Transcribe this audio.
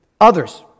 others